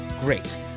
Great